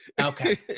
Okay